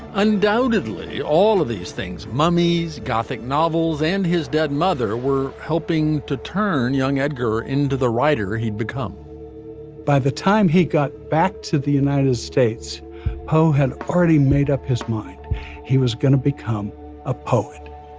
undoubtedly all of these things mummy's gothic novels and his dead mother were helping to turn young edgar into the writer he'd become by the time he got back to the united states poe had already made up his mind he was going to become a poet